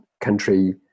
country